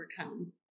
overcome